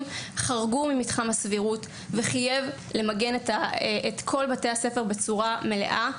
חורג ממתחם הסבירות וחייב למגן את בתי הספר בצורה מלאה.